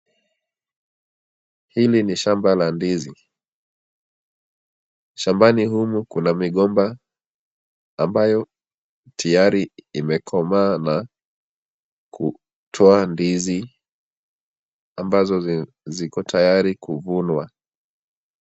Hili ni shamba la ndizi. Shambani humu kuna migomba ambayo tayari imekomaa na kutoa ndizi ambazo ziko tayari kuvunwa.